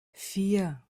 vier